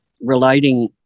relating